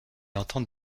entend